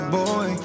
boy